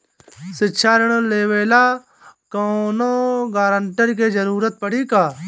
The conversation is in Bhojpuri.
शिक्षा ऋण लेवेला कौनों गारंटर के जरुरत पड़ी का?